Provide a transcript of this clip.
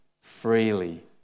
freely